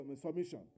submission